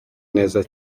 neza